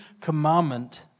commandment